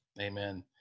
Amen